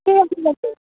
কি আছে মেছেজ